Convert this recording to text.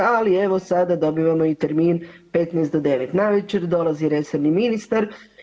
Ali evo sada dobivamo i termin 15 do 9 navečer, dolazi resorni ministar.